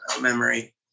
memory